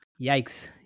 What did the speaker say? Yikes